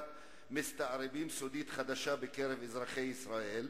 מסתערבים סודית חדשה בקרב אזרחי ישראל,